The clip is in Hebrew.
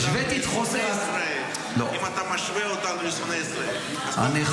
השוויתי את חוסר --- אם אתה משווה אותנו לשונאי ישראל -- אני,